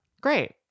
Great